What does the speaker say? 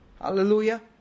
Hallelujah